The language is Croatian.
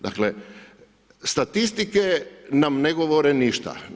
Dakle, statistike nam ne govore ništa.